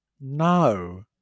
No